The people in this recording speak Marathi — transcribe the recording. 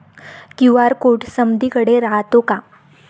क्यू.आर कोड समदीकडे रायतो का?